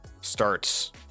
starts